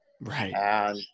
Right